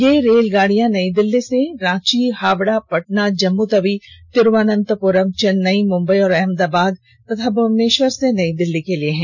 ये रेलगाडियां नई दिल्ली से रांची हावड़ा पटना जम्मू तवी तिरूवनंतपुरम चेन्नई मुंबई और अहमदाबाद तथा भुवनेश्वर से नई दिल्ली के लिए हैं